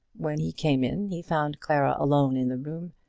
when he came in he found clara alone in the room,